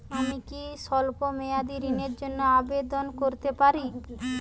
আমি কি স্বল্প মেয়াদি ঋণের জন্যে আবেদন করতে পারি?